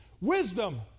wisdom